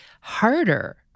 harder